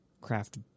craft